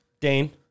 Dane